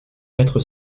quatre